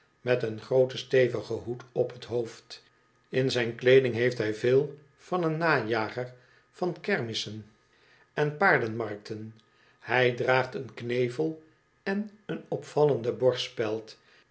met een grooten stevigen hoed op het hoofd in zijn kleeding heeft hij veel van een najager van kermissen en paardenmarkten hij draagt een knevel en oen opvallende